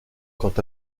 quant